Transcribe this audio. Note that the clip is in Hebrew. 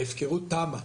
ההפקרות תמה,